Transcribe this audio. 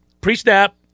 pre-snap